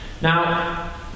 Now